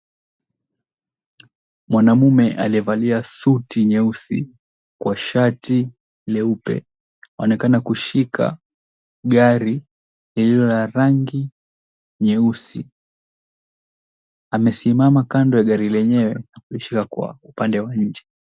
Mwanamume aliyevalia suti nyeusi kwa shati leupe aonekana kushika gari lililo na rangi nyeusi. Amesimama kando ya gari lenyewe licha ya kuwa upande wa nje.